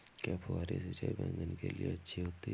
क्या फुहारी सिंचाई बैगन के लिए अच्छी होती है?